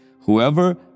Whoever